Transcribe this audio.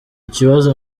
kibazo